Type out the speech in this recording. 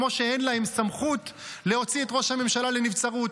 כמו שאין להם סמכות להוציא את ראש הממשלה לנבצרות.